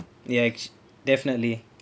yes definitely